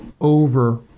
over